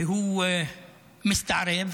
שהוא מסתערב,